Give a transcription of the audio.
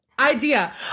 idea